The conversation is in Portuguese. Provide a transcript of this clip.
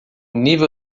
nível